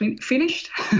finished